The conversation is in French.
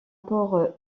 port